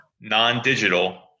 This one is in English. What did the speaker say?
non-digital